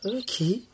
okay